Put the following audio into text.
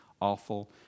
awful